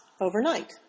overnight